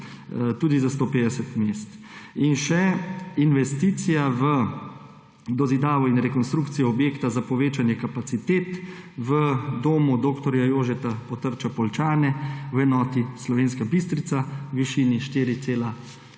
tudi za 150 mest. In še investicija v dozidavo in rekonstrukcijo objekta za povečanje kapacitet v Domu dr. Jožeta Potrča Poljčane, v enoti Slovenska Bistrica, v višini 4,1;